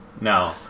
No